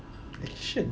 action